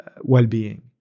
well-being